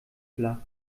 flach